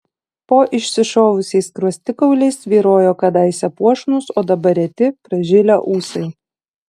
po išsišovusiais skruostikauliais svyrojo kadaise puošnūs o dabar reti pražilę ūsai